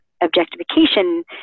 objectification